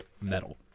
metal